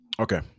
Okay